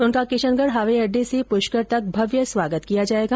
उनका किशनगढ हवाई अड्डे से पुष्कर तक भव्य स्वागत किया जाएगा